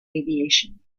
aviation